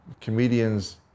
Comedians